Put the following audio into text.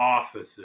offices